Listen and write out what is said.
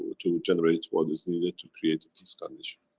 to generate what is needed to create a peace condition.